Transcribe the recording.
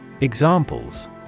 Examples